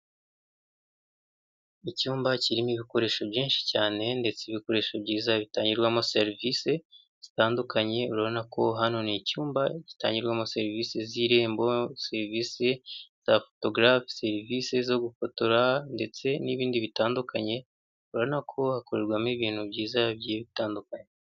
Icyumba kirimo ibikoresho byinshi cyane ndetse ibikoresho byiza bitangirwamo serivisi zitandukanye, urabona ko hano ni icyumba gitangirwamo serivisi z'irembo serivisi za fotogarafe, serivisi zo gufotora ndetse n'ibindi bitandukanye, urabona ko hakorerwamo ibintu byiza bigiye bitandukanye.